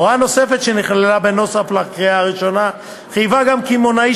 הוראה נוספת שנכללה בנוסח לקריאה ראשונה חייבה גם קמעונאי